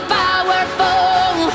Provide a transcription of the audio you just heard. powerful